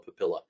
papilla